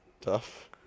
Tough